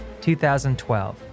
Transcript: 2012